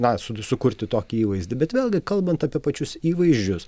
na su sukurti tokį įvaizdį bet vėlgi kalbant apie pačius įvaizdžius